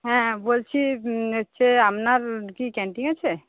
হ্যাঁ বলছি হচ্ছে আপনার কি ক্যান্টিন আছে